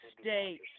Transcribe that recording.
State